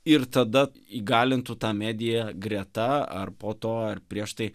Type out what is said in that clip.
ir tada įgalintų tą mediją greta ar po to ar prieš tai